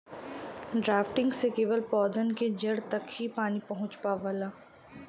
drafting से केवल पौधन के जड़ तक ही पानी पहुँच पावेला